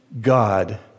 God